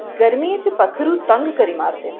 गर्मियें च पक्खरू तंग करी मारदे न